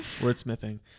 wordsmithing